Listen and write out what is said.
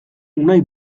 unai